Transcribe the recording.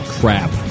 crap